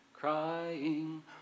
crying